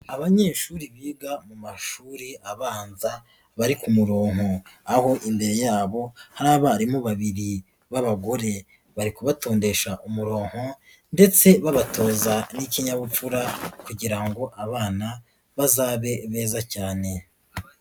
Abanyeshuri biga mu mashuri abanza bari ku murongonko aho imbere yabo hari abarimu babiri b'abagore, bari kubatondesha umurongo ndetse babatoza n'ikinyabupfura kugira ngo abana bazabe beza cyane.